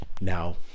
Now